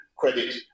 Credit